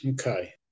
Okay